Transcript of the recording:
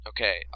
Okay